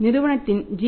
நிறுவனத்தின் G